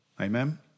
Amen